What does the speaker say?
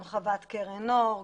גם חוות 'קרן אור',